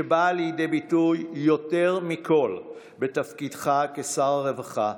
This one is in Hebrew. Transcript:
שבאה לידי ביטוי יותר מכול בתפקידך כשר רווחה,